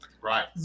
Right